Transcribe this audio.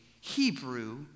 Hebrew